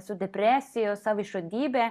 su depresijos savižudybę